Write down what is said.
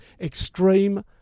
extreme